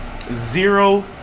zero